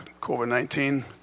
COVID-19